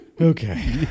Okay